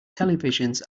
televisions